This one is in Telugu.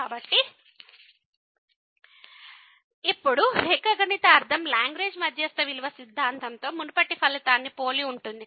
కాబట్టి ఇప్పుడు రేఖాగణిత అర్ధం లాగ్రేంజ్ మధ్యస్థ విలువ సిద్ధాంతంలో మునుపటి ఫలితాన్ని పోలి ఉంటుంది